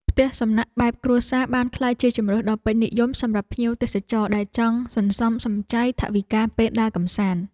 ផ្ទះសំណាក់បែបគ្រួសារបានក្លាយជាជម្រើសដ៏ពេញនិយមសម្រាប់ភ្ញៀវទេសចរដែលចង់សន្សំសំចៃថវិកាពេលដើរកម្សាន្ត។